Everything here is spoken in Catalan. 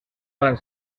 fan